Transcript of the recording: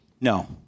No